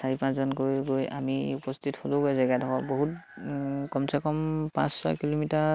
চাৰি পাঁচজনক গৈ গৈ আমি উপস্থিত হ'লোগৈ জেগাডখৰত বহুত কমচে কম পাঁচ ছয় কিলোমিটাৰ